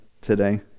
today